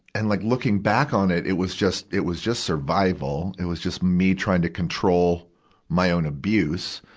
and like looking back on it, it was just, it was just survival. it was just me trying to control my own abuse.